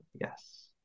yes